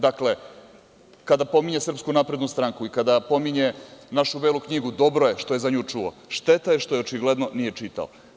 Dakle, kada pominje SNS i kada pominje našu belu knjigu, dobro je što je za nju čuo, šteta je što je očigledno nije čitao.